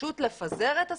פשוט לפזר את הסמכויות,